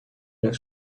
their